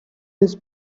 his